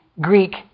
Greek